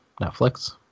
netflix